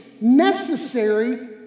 necessary